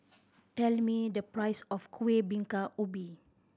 tell me the price of Kueh Bingka Ubi